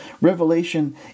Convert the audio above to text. Revelation